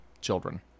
children